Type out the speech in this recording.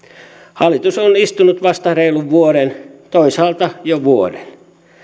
hallitus on istunut vasta reilun vuoden toisaalta jo vuoden